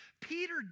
Peter